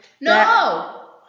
No